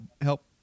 help